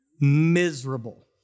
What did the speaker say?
Miserable